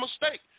mistake